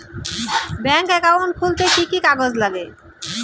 Bank account খুলতে কি কি কাগজ লাগে?